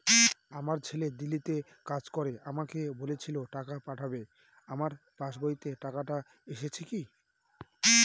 আমার ছেলে দিল্লীতে কাজ করে আমাকে বলেছিল টাকা পাঠাবে আমার পাসবইতে টাকাটা এসেছে কি?